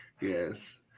yes